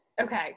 Okay